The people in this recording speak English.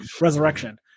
Resurrection